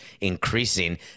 increasing